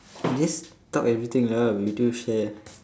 just talk everything lah we two share